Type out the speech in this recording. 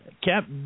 Cap